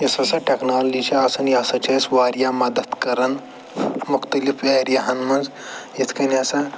یُس ہَسا ٹٮ۪کنالجی چھِ آسان یہِ ہسا چھِ اَسہِ وارِیاہ مدتھ کَران مختلف ایریاہن منٛز یِتھ کٔنۍ ہَسا